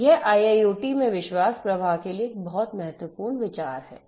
तो यह IIoT में विश्वास प्रवाह के लिए एक बहुत महत्वपूर्ण विचार है